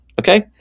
Okay